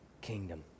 kingdom